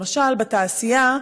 למשל בתעשייה,